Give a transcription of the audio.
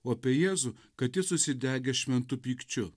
o apie jėzų kad jis užsidegęs šventu pykčiu